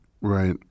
right